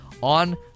on